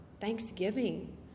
thanksgiving